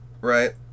right